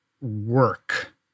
work